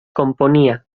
componia